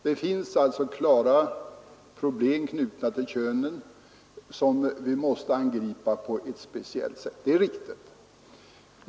Det finns alltså klara problem knutna till könen som vi måste angripa på ett speciellt sätt. Det är riktigt.